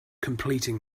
completing